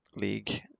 league